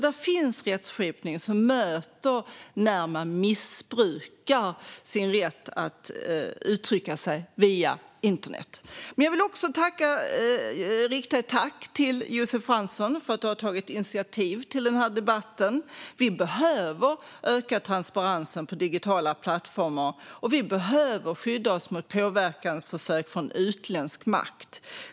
Det finns alltså rättskipning som möter när man missbrukar sin rätt att uttrycka sig via internet. Jag vill rikta ett tack till Josef Fransson för att han har tagit initiativ till den här debatten. Vi behöver öka transparensen på digitala plattformar, och vi behöver skydda oss mot påverkansförsök från utländsk makt.